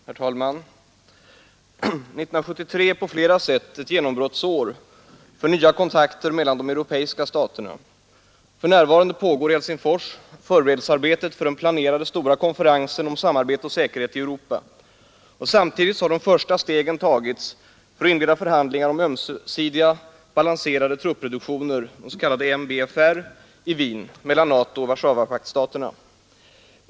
Herr talman! 1973 är på flera sätt ett genombrottsår för nya kontakter mellan de europeiska staterna, För närvarande pågår i Helsingfors förberedelsearbetet för den planerade stora konferensen om samarbete och säkerhet i Europa. Samtidigt har de första stegen tagits för att inleda förhandlingarna om ömsesidiga balanserade truppreduktioner, MBFR, i Wien mellan NATO och Warszawapaktstaterna.